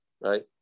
Right